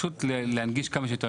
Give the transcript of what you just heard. שיהיה מונגש כמה שיותר.